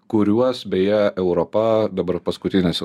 kuriuos beje europa dabar paskutinėse